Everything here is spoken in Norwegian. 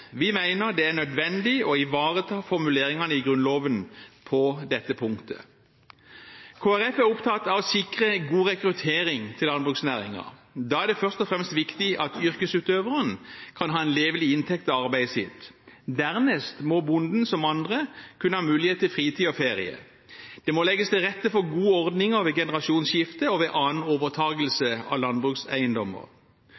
Vi mener det er nødvendig å ivareta formuleringene i Grunnloven på dette punktet. Kristelig Folkeparti er opptatt av å sikre god rekruttering til landbruksnæringen. Da er det først og fremst viktig at yrkesutøveren kan ha en levelig inntekt av arbeidet sitt. Dernest må bonden, som andre, kunne ha mulighet til fritid og ferie. Det må legges til rette for gode ordninger ved generasjonsskifte og ved annen